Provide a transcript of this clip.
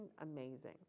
amazing